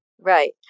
Right